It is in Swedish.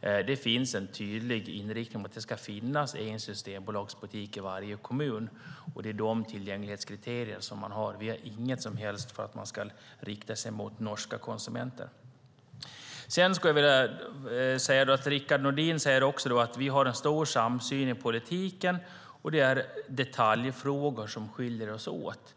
Det finns en tydlig inriktning på att det ska finnas en systembolagsbutik i varje kommun, och det är de tillgänglighetskriterier man har. Det står inget om att man ska rikta sig mot norska konsumenter. Rickard Nordin sade också att vi har en stor samsyn i politiken och att det är detaljfrågor som skiljer oss åt.